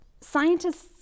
Scientists